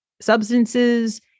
substances